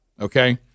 okay